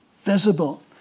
visible